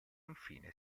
infine